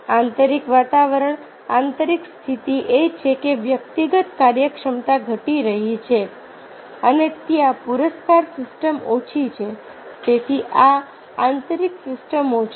આંતરિક વાતાવરણ આંતરિક સ્થિતિ એ છે કે વ્યક્તિગત કાર્યક્ષમતા ઘટી રહી છે અને ત્યાં પુરસ્કાર સિસ્ટમ ઓછી છે તેથી આ આંતરિક સિસ્ટમો છે